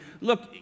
look